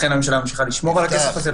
לכן הממשלה ממשיכה לשמור על הכסף הזה,